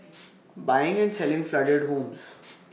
buying and selling flooded homes